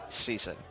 season